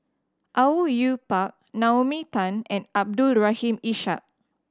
Au Yue Pak Naomi Tan and Abdul Rahim Ishak